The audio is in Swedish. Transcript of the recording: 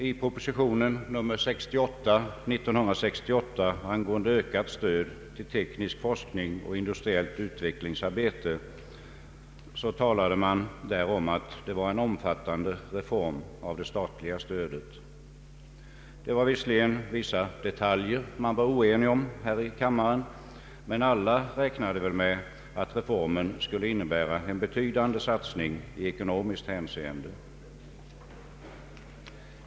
I propositionen nr 68 år 1968 angående ökat stöd till teknisk forskning och industriellt utvecklingsarbete talade man om att det var en omfattande reform av det statliga stödet. Det fanns visserligen vissa detaljer som man var oenig om här i kammaren, men alla räknade väl med att reformen skulle innebära en betydande satsning i ekonomiskt hänseende.